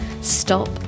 Stop